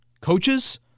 coaches